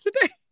today